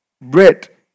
bread